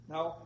Now